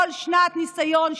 כל שנת ניסיון,